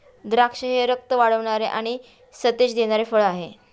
द्राक्षे हे रक्त वाढवणारे आणि सतेज देणारे फळ आहे